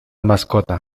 mascota